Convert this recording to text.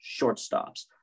shortstops